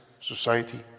society